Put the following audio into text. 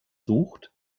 sucht